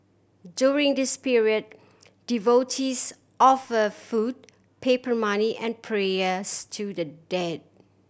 during this period devotees offer food paper money and prayers to the dead